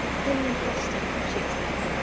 lilian foster, she explained.